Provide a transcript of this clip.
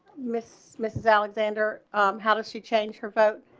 miss miss alexander um how does she change her vote.